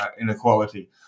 inequality